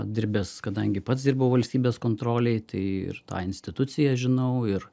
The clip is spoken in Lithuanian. dirbęs kadangi pats dirbau valstybės kontrolėj tai ir tą instituciją žinau ir